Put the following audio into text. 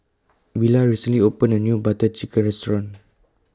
Villa recently opened A New Butter Chicken Restaurant